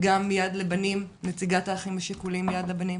גם מיד לבנים, נציגת האחים השכולים מיד לבנים.